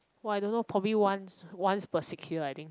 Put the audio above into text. !wah! I don't know probably once once per six year I think